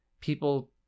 people